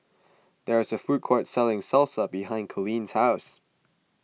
there is a food court selling Salsa behind Coleen's house